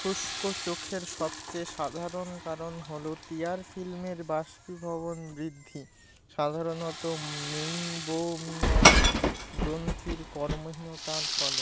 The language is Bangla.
শুষ্ক চোখের সবচেয়ে সাধারণ কারণ হল টিয়ার ফিল্মের বাষ্পীভবন বৃদ্ধি সাধারণত মেইবোমিয়ান গ্রন্থির কর্মহীনতার ফলে